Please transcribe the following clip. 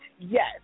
yes